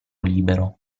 libero